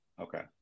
Okay